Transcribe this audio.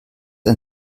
ein